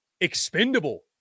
expendable